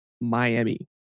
Miami